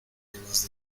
llevas